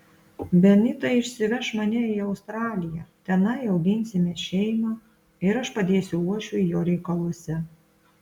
benita išsiveš mane į australiją tenai auginsime šeimą ir aš padėsiu uošviui jo reikaluose